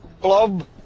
blob